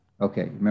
Okay